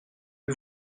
eût